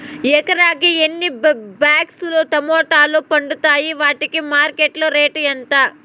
ఎకరాకి ఎన్ని బాక్స్ లు టమోటాలు పండుతాయి వాటికి మార్కెట్లో రేటు ఎంత?